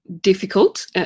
difficult